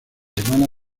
semana